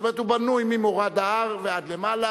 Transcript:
כלומר הוא בנוי ממורד ההר ועד למעלה,